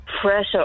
pressure